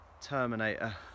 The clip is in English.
terminator